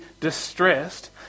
distressed